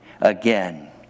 again